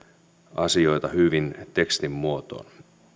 asioita hyvin tekstin muotoon